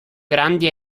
grandi